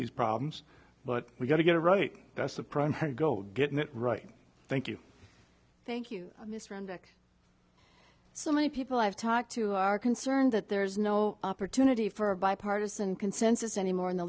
these problems but we've got to get it right that's the primary goal getting it right thank you thank you mr and so many people i've talked to are concerned that there's no opportunity for bipartisan consensus anymore in the